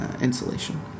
Insulation